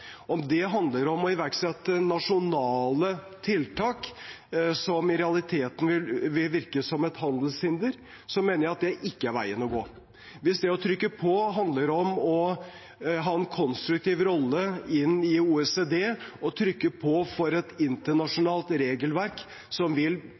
Om det handler om å iverksette nasjonale tiltak som i realiteten vil virke som et handelshinder, mener jeg at det ikke er veien å gå. Hvis det å trykke på handler om å ha en konstruktiv rolle inn i OECD og trykke på for et